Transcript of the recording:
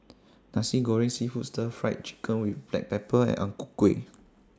Nasi Goreng Seafood Stir Fried Chicken with Black Pepper and Ang Ku Kueh